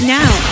now